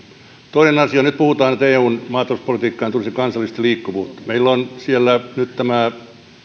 toinen asia nyt puhutaan että eun maatalouspolitiikkaan tulisi kansallista liikkuvuutta meillä on siellä nyt tämä